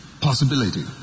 Possibility